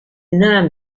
naam